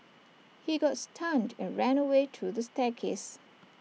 he got stunned and ran away to the staircase